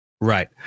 right